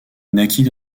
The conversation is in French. naquit